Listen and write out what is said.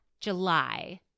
July